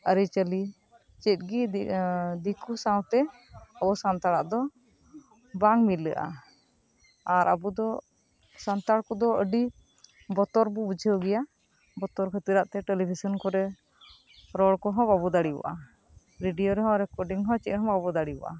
ᱟᱹᱨᱤᱪᱟᱹᱞᱤ ᱪᱮᱫ ᱜᱮ ᱫᱮᱠᱳ ᱥᱟᱶᱛᱮ ᱟᱵᱚ ᱥᱟᱱᱛᱟᱲᱟᱜ ᱫᱚ ᱵᱟᱝ ᱢᱤᱞᱟᱹᱜᱼᱟ ᱟᱨ ᱟᱵᱚ ᱫᱚ ᱥᱟᱱᱛᱟᱲ ᱠᱚᱫᱚ ᱟᱹᱰᱤ ᱵᱚᱛᱚᱨ ᱵᱚ ᱵᱩᱡᱷᱟᱹᱣ ᱜᱮᱭᱟ ᱵᱚᱛᱚᱨ ᱠᱷᱟᱹᱛᱤᱨᱟᱜ ᱛᱮ ᱴᱮᱞᱤᱵᱤᱥᱚᱱ ᱠᱚᱨᱮ ᱨᱚᱲ ᱠᱚᱦᱚᱸ ᱵᱟᱵᱚ ᱫᱟᱲᱮᱭᱟᱜᱼᱟ ᱨᱮᱰᱤᱭᱳ ᱨᱮᱦᱚᱸ ᱨᱮᱠᱳᱰᱤᱝ ᱦᱚᱸ ᱪᱮᱫ ᱦᱚᱸ ᱵᱟᱵᱚ ᱫᱟᱲᱮᱭᱟᱜᱼᱟ